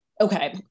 okay